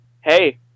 hey